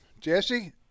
Jesse